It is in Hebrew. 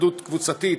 התאבדות קבוצתית,